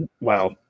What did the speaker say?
Wow